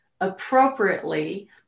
appropriately